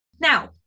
Now